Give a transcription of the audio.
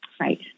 Right